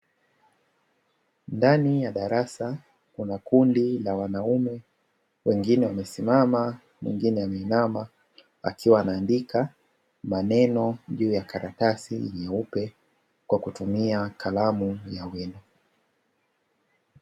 Ndani ya darasa kuna kundi la wanaume wengine wamesimama mwengine ameina akiandika maneno kwenye karatasi nyeupe akitumia kalamu ya wino.